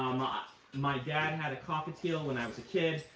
um um my dad and had a cockatiel when i was a kid.